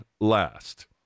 last